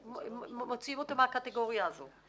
מוציאים אותו מהקטגוריה הזו,